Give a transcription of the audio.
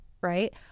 right